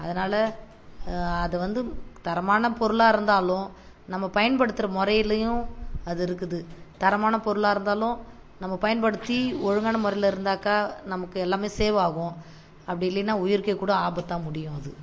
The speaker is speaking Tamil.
அதனால் அது வந்து தரமான பொருளாக இருந்தாலும் நம்ம பயன்படுத்துகிற முறையிலையும் அது இருக்குது தரமான பொருளாக இருந்தாலும் நம்ம பயன்படுத்தி ஒழுங்கான முறையில் இருந்தாக்கா நமக்கு எல்லாமே சேவ் ஆகும் அப்படி இல்லைன்னா உயிருக்கே கூட ஆபத்தாக முடியும் அது